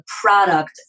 product